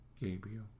Gabriel